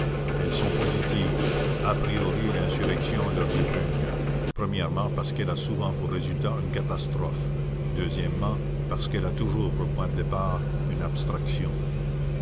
elles sont positives à priori l'insurrection leur répugne premièrement parce qu'elle a souvent pour résultat une catastrophe deuxièmement parce qu'elle a toujours pour point de départ une abstraction